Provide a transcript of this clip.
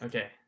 Okay